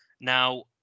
Now